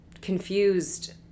confused